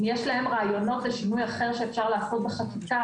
אם יש להם רעיונות לשינוי אחר שאפשר לעשות בחקיקה